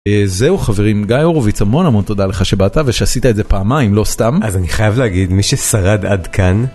זהו חברים. גיא הורביץ המון המון תודה לך שבאת ושעשית את זה פעמיים לא סתם. אז אני חייב להגיד מי ששרד עד כאן.